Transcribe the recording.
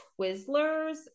Twizzlers